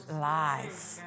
life